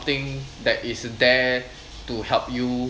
thing that is there to help you